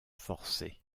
forcé